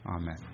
Amen